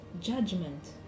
judgment